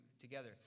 together